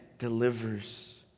delivers